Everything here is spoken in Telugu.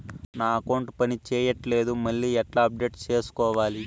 నా అకౌంట్ పని చేయట్లేదు మళ్ళీ ఎట్లా అప్డేట్ సేసుకోవాలి?